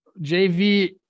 JV